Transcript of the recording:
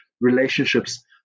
relationships